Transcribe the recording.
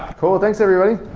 cool. thanks everybody